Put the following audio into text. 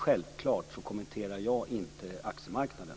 Självklart kommenterar jag inte aktiemarknaden.